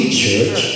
church